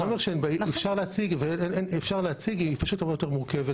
אפשר להציג אבל יותר מורכב.